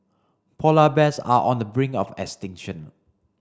polar bears are on the brink of extinction